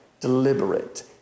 deliberate